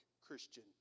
Christian